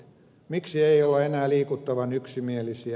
miksi ei olla enää liikuttavan yksimielisiä